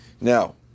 Now